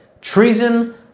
treason